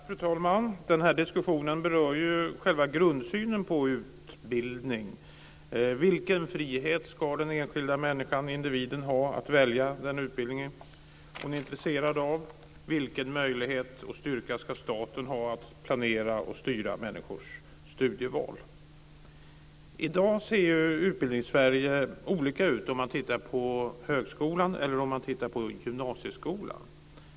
Fru talman! Den här diskussionen berör själva grundsynen på utbildning: Vilken frihet ska den enskilda människan ha att välja den utbildning hon är intresserad av? Vilken möjlighet och styrka ska staten ha att planera och styra människors studieval? I dag ser Utbildnings-Sverige olika ut om man tittar på högskolan eller om man tittar på gymnasieskolan.